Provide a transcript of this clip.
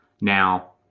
Now